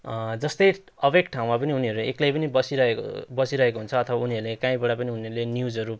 जस्तै अभेक ठाउँमा पनि उनीहरूले एक्लै पनि बसिरहेको बसिरहेको हुन्छ अथवा उनीहरूले काहीँबाट पनि उनीहरूले न्युजहरू